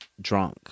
drunk